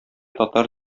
татар